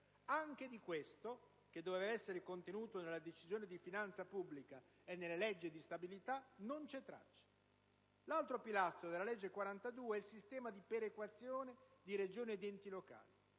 Anche di questo, che doveva essere contenuto nella decisione di finanza pubblica e nella legge di stabilità, non c'è traccia. L'altro pilastro della legge n. 42 è il sistema di perequazione di Regioni ed enti locali.